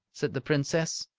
said the princess.